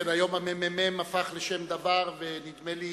כן, היום הממ"מ הפך לשם דבר, ונדמה לי